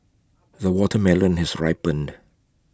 the watermelon has ripened